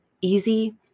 easy